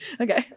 Okay